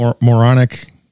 moronic